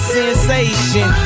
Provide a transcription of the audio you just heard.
sensation